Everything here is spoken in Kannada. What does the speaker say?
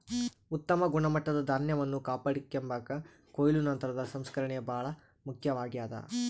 ಉತ್ತಮ ಗುಣಮಟ್ಟದ ಧಾನ್ಯವನ್ನು ಕಾಪಾಡಿಕೆಂಬಾಕ ಕೊಯ್ಲು ನಂತರದ ಸಂಸ್ಕರಣೆ ಬಹಳ ಮುಖ್ಯವಾಗ್ಯದ